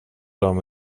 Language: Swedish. dem